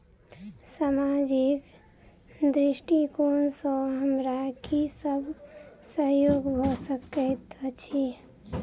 सामाजिक दृष्टिकोण सँ हमरा की सब सहयोग भऽ सकैत अछि?